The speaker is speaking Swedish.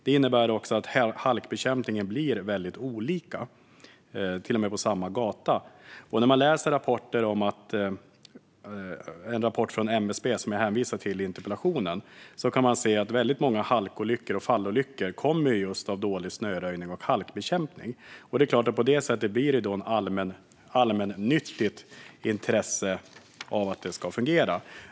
Det innebär att halkbekämpningen blir väldigt olika, till och med på samma gata. I den rapport från MSB som jag hänvisar till i interpellationen kan man se att väldigt många halkolyckor och fallolyckor beror på dålig snöröjning och halkbekämpning. I och med det blir det ett allmännyttigt intresse av att detta ska fungera.